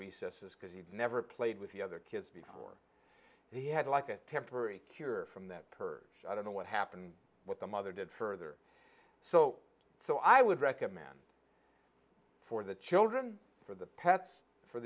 recesses because he'd never played with the other kids before he had like a temporary cure from that perch i don't know what happened with the mother did further so so i would recommend for the children for the pets for